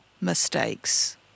mistakes